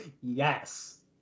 Yes